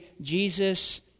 Jesus